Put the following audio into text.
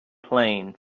plain